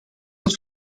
het